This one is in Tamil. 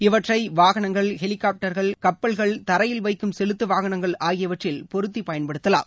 இவற்றை வாகனங்கள் ஹெலிகாப்டர்கள் கப்பல்கள் தரையில் வைக்கும் செலுத்து வாகனங்கள் ஆகியவற்றில் பொறுத்தி பயன்படுத்தலாம்